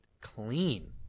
Clean